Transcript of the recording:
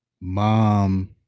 mom